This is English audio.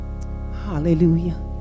hallelujah